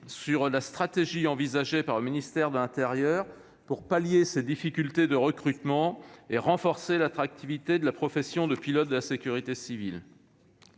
sur la stratégie envisagée par le ministère de l'intérieur pour pallier ces difficultés de recrutement et renforcer l'attractivité de la profession de pilote de la sécurité civile.